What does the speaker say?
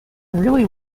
really